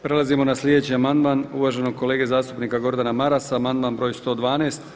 Prelazimo na sljedeći amandman uvaženog kolege zastupnika Gordana Marasa amandman broj 112.